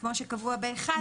כמו שקבוע ב-(1),